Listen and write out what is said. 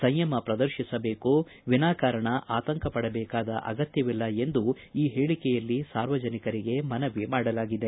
ಸಂಯಮ ಪ್ರದರ್ಶಿಸಬೇಕು ವಿನಾಕಾರಣ ಆತಂಕ ಪಡಬೇಕಾದ ಅಗತ್ಯವಿಲ್ಲ ಎಂದು ಈ ಹೇಳಿಕೆಯಲ್ಲಿ ಸಾರ್ವಜನಿಕರಿಗೆ ಮನವಿ ಮಾಡಲಾಗಿದೆ